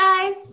guys